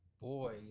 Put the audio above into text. boy